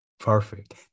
Perfect